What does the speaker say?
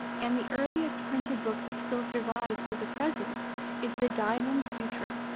and the earliest printed book that still survives to the present is the diamond sutra,